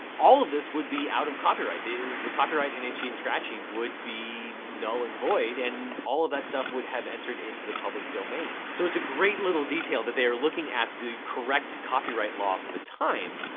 all of this would be out of copyright. the the copyright in itchy and scratchy would be null and void and all of that stuff would have entered into the public domain. so it's a great little detail that they are looking at the correct copyright law for the time,